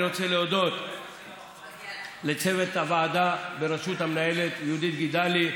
אני רוצה להודות לצוות הוועדה בראשות המנהלת יהודית גידלי.